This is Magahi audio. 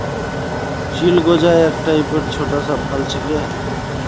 चिलगोजा एक टाइपेर छोटा सा फल छिके